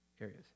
areas